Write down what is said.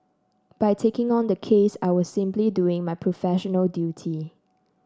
by taking on the case I was simply doing my professional duty